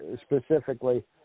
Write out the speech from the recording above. specifically